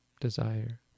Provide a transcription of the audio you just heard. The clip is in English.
Desire